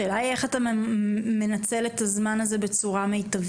השאלה היא: איך אתה מנצל את הזמן הזה בצורה מיטבית?